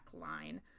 line